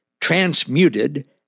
transmuted